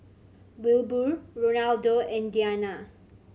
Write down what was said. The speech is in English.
Wilbur Ronaldo and Deana